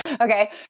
Okay